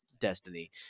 Destiny